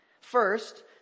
First